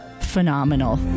phenomenal